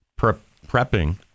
prepping